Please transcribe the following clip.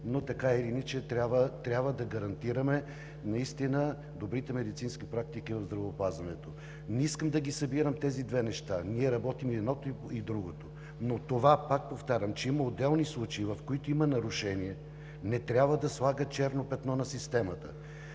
но така или иначе трябва да гарантираме наистина добрите медицински практики в здравеопазването. Не искам да събирам тези две неща. Ние работим и едното, и другото. Пак повтарям, това че има отделни случаи, в които има нарушение, не трябва да слага черно петно на системата.